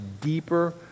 deeper